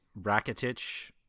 Rakitic